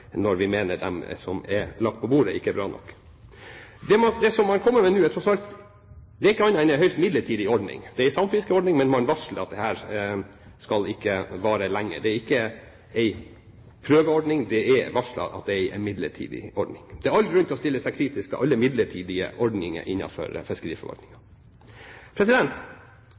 når vi mener det som er lagt på bordet, ikke er bra nok. Det som man kommer med nå, er ikke annet enn en høyst midlertidig ordning. Det er en samfiskeordning, men man varsler at dette ikke skal vare lenge – det er ikke en prøveordning, det er varslet at det er en midlertidig ordning. Det er all grunn til å stille seg kritisk til alle midlertidige ordninger